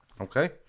Okay